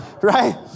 right